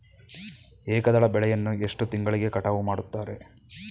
ಏಕದಳ ಬೆಳೆಯನ್ನು ಎಷ್ಟು ತಿಂಗಳಿಗೆ ಕಟಾವು ಮಾಡುತ್ತಾರೆ?